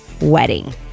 wedding